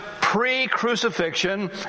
pre-crucifixion